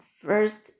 first